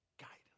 Guidance